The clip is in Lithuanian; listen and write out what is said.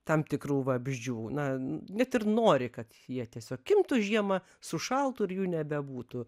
tam tikrų vabzdžių na net ir nori kad jie tiesiog imtų žiemą sušaltų ir jų nebebūtų